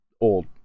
old